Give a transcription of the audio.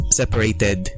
separated